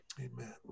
Amen